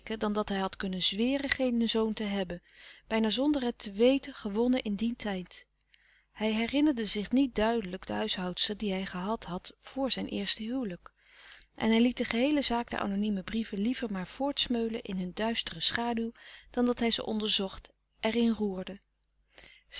dan dat hij had kunnen zweren geen zoon te hebben bijna zonder het te weten gewonnen in dien tijd hij herinnerde zich niet duidelijk de huishoudster die hij gehad had vor zijn eerste huwelijk en hij liet de geheele zaak der anonieme brieven liever maar voortsmeulen in hun duistere schaduw dan dat hij ze onderzocht